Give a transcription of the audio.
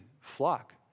flock